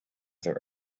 their